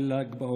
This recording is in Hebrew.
ליל ל"ג בעומר,